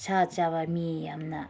ꯁꯥ ꯆꯥꯕ ꯃꯤ ꯌꯥꯝꯅ